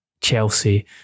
Chelsea